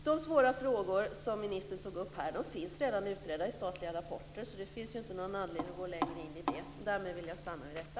De svåra frågor som ministern tog upp finns redan utredda och redovisade i statliga rapporter, så det finns inte någon anledning att gå längre in i det. Vid detta vill jag stanna.